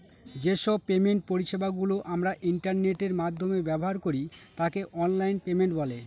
যে সব পেমেন্ট পরিষেবা গুলো আমরা ইন্টারনেটের মাধ্যমে ব্যবহার করি তাকে অনলাইন পেমেন্ট বলে